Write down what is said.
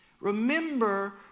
Remember